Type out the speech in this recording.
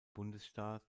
bundesstaat